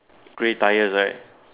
grey tires right